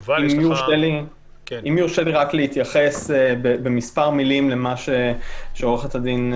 אם יורשה לי רק להתייחס במספר מילים למה שעורכת הדין,